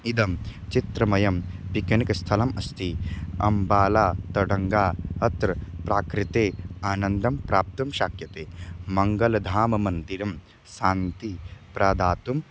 इदं चित्रमयं पिक्निक् स्थलम् अस्ति अम्बाला तडङ्गा अत्र प्रकृते आनन्दं प्राप्तुं शक्यते मङ्गलधाममन्दिरं शान्तिः प्रदातुं